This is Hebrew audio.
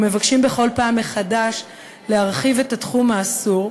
ומבקשים בכל פעם מחדש להרחיב את התחום האסור,